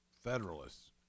Federalists